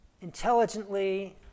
intelligently